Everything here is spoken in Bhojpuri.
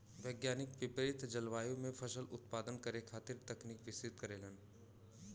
वैज्ञानिक विपरित जलवायु में फसल उत्पादन करे खातिर तकनीक विकसित करेलन